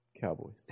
Cowboys